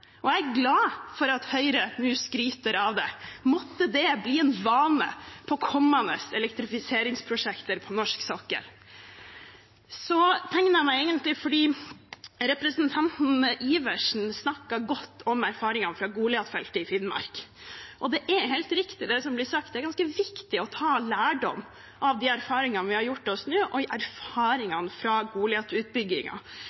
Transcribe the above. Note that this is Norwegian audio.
Måtte det bli en vane ved kommende elektrifiseringsprosjekter på norsk sokkel. Jeg tegnet meg egentlig fordi representanten Iversen snakket godt om erfaringene fra Goliat-feltet i Finnmark. Det er helt riktig, det som blir sagt. Det er ganske viktig å ta lærdom av de erfaringene vi nå har gjort oss, og erfaringene fra Goliat-utbyggingen. I